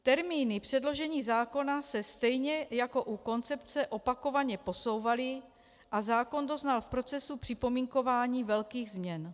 Termíny předložení zákona se stejně jako u koncepce opakovaně posouvaly a zákon doznal v procesu připomínkování velkých změn.